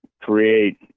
create